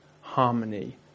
harmony